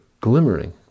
glimmering